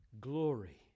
glory